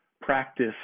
practice